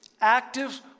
active